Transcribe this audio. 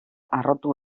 harrotu